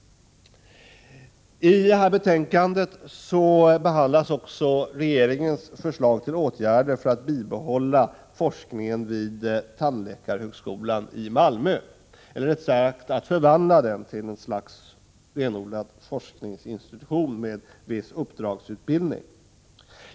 I detta betänkande behandlas också regeringens förslag till åtgärder för att bibehålla forskning vid tandläkarhögskolan i Malmö, eller rättare sagt till att förvandla den till något slags renodlad forskningsinstitution med uppdragsutbildning.